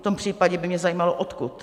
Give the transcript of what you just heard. V tom případě by mě zajímalo, odkud.